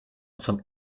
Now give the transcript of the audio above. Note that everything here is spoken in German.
zum